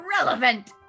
irrelevant